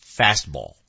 Fastball